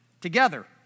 together